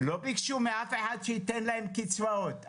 לא ביקשו מאף אחד שייתן להם קצבאות.